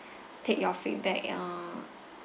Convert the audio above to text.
take your feedback uh